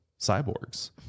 cyborgs